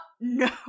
no